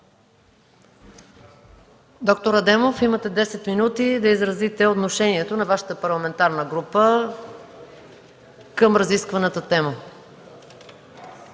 Доктор Адемов, имате 10 минути да изразите отношението на Вашата парламентарна група към разискваната тема.